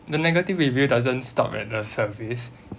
the negative review doesn't stop at the service